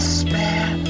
spare